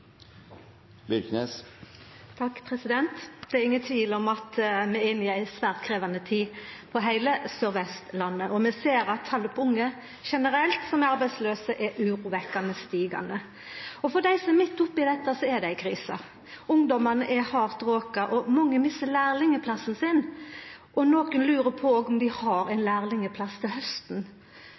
ingen tvil om at vi er inne i ei svært krevjande tid på heile Sør-Vestlandet, og vi ser at talet på unge generelt som er arbeidslause, er urovekkjande stigande. For dei som er midt oppe i dette, er det ei krise. Ungdomane er hardt råka, mange misser lærlingplassen sin, og nokre lurar på om dei har ein lærlingplass til hausten.